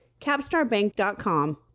capstarbank.com